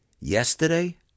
yesterday